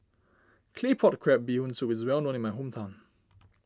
Claypot Crab Bee Hoon Soup is well known in my hometown